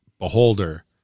beholder